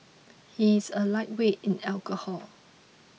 he is a lightweight in alcohol